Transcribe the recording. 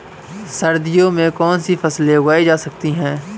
सर्दियों में कौनसी फसलें उगाई जा सकती हैं?